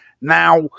Now